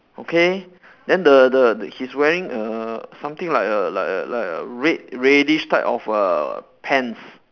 okay then the the he's wearing err something like a like a like a red reddish type of err pants